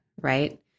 right